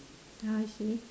ah I see ah